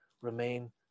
remain